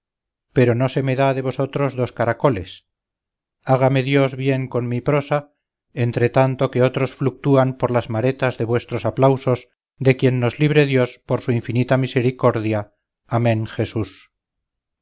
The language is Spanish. pero no se me da de vosotros dos caracoles hágame dios bien con mi prosa entretanto que otros fluctúan por las maretas de vuestros aplausos de quien nos libre dios por su infinita misericordia amén jesús